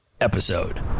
episode